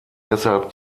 deshalb